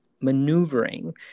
maneuvering